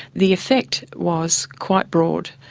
the effect was quite broad,